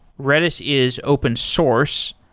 redis is open source.